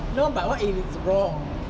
no but what if is wrong